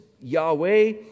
Yahweh